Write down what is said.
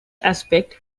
aspect